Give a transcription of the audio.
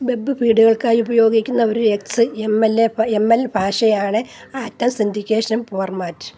web ഫീഡുകൾക്കായി ഉപയോഗിക്കുന്ന ഒരു X M L A M L ഭാഷയാണ് ആറ്റം സിൻഡിക്കേഷൻ ഫോർമാറ്റ്